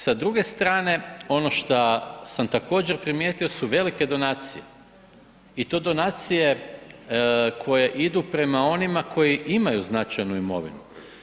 Sa druge strane, ono što sam također primijetio su velike donacije i to donacije koje idu prema onima koji imaju značajnu imovinu.